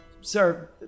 Sir